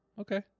Okay